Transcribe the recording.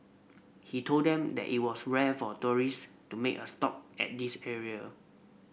he told them that it was rare for tourists to make a stop at this area